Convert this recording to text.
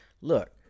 look